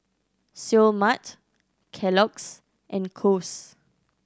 Seoul Mart Kellogg's and Kose